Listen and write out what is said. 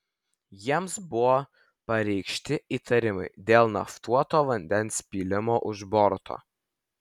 jiems buvo pareikšti įtarimai dėl naftuoto vandens pylimo už borto